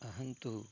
अहं तु